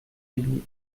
émis